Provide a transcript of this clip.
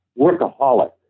workaholic